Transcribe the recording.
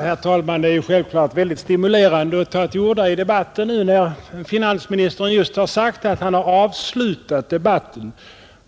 Herr talman! Självfallet är det mycket litet stimulerande att ta till orda i debatten nu, när finansministern just har förklarat att han har avslutat debatten